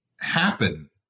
happen